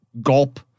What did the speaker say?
gulp